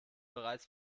bereits